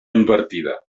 invertida